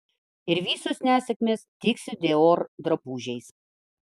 ir visos nesėkmės tik su dior drabužiais